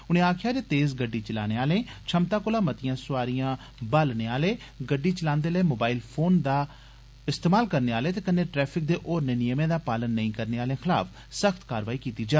उनें आक्खेआ जे तेज गड्डी चलाने आलें छमता कोला मतियां सोआरियां बाहलने आलें गड्डी चलांदे'लै मोबाइल फोन पर गल्ल करने आलें ते कन्ने ट्रैफिक दे होरनें नियमें दा पालन नेई करने आलें खलाफ सख्त कारवाई कीती जा